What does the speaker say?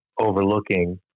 overlooking